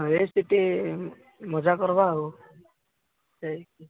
ସେଠି ମଜା କରିବା ଆଉ